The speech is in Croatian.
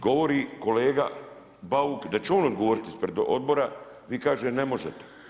Govori kolega Bauk da će on odgovoriti ispred Odbora, vi kažete – ne možete.